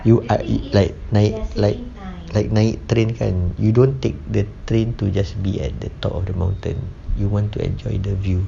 you are it like night like like night train kan you don't take the train to just be at the top of the mountain you want to enjoy the view